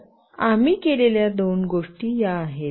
तर आम्ही केलेल्या दोन गोष्टी या आहेत